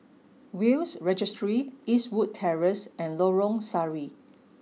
Will's Registry Eastwood Terrace and Lorong Sari